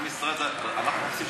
אתה רוצה,